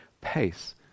pace